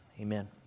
Amen